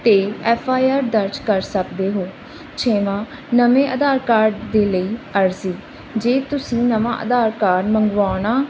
'ਤੇ F I R ਦਰਜ ਕਰ ਸਕਦੇ ਹੋ ਛੇਵਾਂ ਨਵੇਂ ਆਧਾਰ ਕਾਰਡ ਦੇ ਲਈ ਅਰਜ਼ੀ ਜੇ ਤੁਸੀਂ ਨਵਾਂ ਆਧਾਰ ਕਾਰਡ ਮੰਗਵਾਉਣ